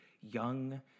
young